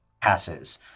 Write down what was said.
passes